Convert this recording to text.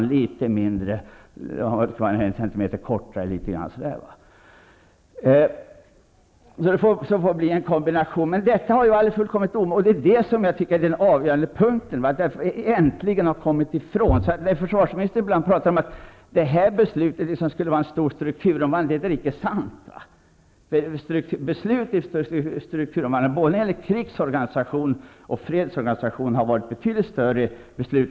är det bättre att ta en grabb som bor på andra sidan av regementsstaketet, även om den här grabben skulle vara någon centimeter kortare t.ex. Det som jag tycker är avgörande här är att vi kommer bort från tidigare synsätt. Försvarsministern säger ibland att det här beslutet skulle innebära efterkrigstidens största strukturomvandling, men det är icke sant. I fråga om strukturomvandlingen av både krigsorganisationen och fredsorganisationen har det förekommit betydligt större beslut.